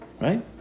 right